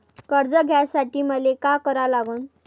कर्ज घ्यासाठी मले का करा लागन?